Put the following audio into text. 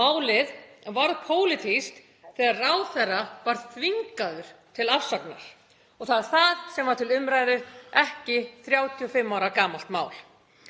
Málið varð pólitískt þegar ráðherra var þvingaður til afsagnar. Það er það sem var til umræðu, ekki 35 ára gamalt mál.